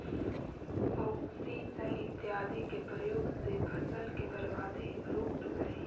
auxin इत्यादि के प्रयोग से फसल के बर्बादी रुकऽ हई